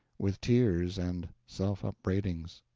with tears and self-upbraidings.